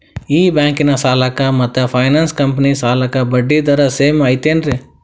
ಈ ಬ್ಯಾಂಕಿನ ಸಾಲಕ್ಕ ಮತ್ತ ಫೈನಾನ್ಸ್ ಕಂಪನಿ ಸಾಲಕ್ಕ ಬಡ್ಡಿ ದರ ಸೇಮ್ ಐತೇನ್ರೇ?